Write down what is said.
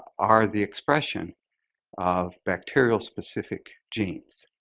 are the expression of bacterial-specific genes,